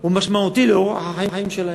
הוא משמעותי לאורח החיים שלהם.